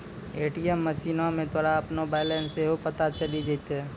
ATM मशीनो मे तोरा अपनो बैलेंस सेहो पता चलि जैतै